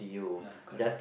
ah correct